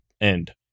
end